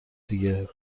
دیگه